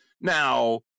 Now